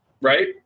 right